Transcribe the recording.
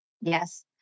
Yes